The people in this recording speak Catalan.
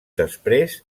després